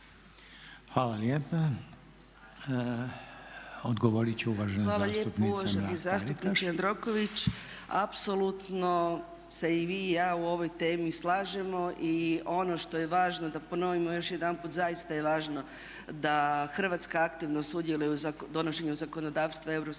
**Mrak-Taritaš, Anka (HNS)** Hvala lijepa uvaženi zastupniče Jandroković. Apsolutno se i vi i ja o ovoj temi slažemo i ono što je važno da ponovimo još jedanput zaista je važno da Hrvatska aktivno sudjeluje u donošenju zakonodavstva EU.